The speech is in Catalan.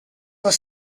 les